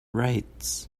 rights